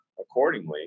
accordingly